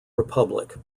republic